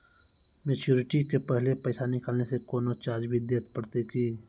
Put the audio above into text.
Maturity के पहले पैसा निकालै से कोनो चार्ज भी देत परतै की?